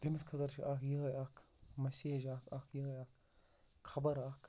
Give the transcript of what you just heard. تٔمِس خٲطرٕ چھِ اَکھ یِہٕے اَکھ مسیج اَکھ اَکھ یِہٕے اَکھ خَبَر اَکھ